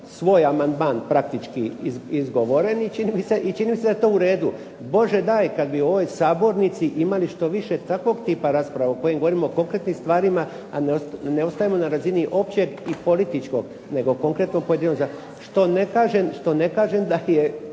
svoj amandman praktički izgovoren čini mi se i čini mi se da je to u redu. Bože daj kad bi u ovoj Sabornici imali što više takvog tipa rasprava u kojima govorimo o konkretnim stvarima a ne ostajemo na razini općeg i političkog nego konkretnog pojedinog zakona, što ne kažem da je